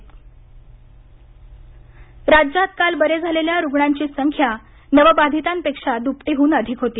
Covid राज्यात काल बरे झालेल्या रुग्णांची संख्या नवबाधितांपेक्षा द्पटीह्न अधिक होती